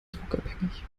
druckabhängig